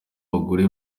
bagore